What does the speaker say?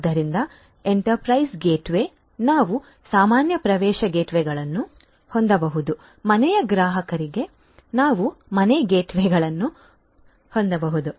ಆದ್ದರಿಂದ enterprise gateway ನಾವು ಸಾಮಾನ್ಯ ಪ್ರವೇಶ ಗೇಟ್ವೇಗಳನ್ನು ಹೊಂದಬಹುದು ಮನೆಯ ಗ್ರಾಹಕರಿಗೆ ನಾವು ಮನೆ ಗೇಟ್ವೇಗಳನ್ನು ಹೊಂದಬಹುದು